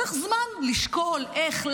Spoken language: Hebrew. צריך זמן לשקול איך,